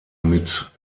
mit